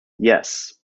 yes